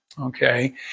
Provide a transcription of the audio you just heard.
Okay